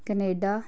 Canada